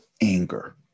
anger